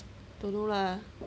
dont know lah